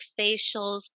facials